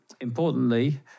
Importantly